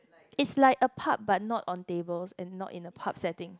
it's like a pub but not on tables and not in the pubs that I think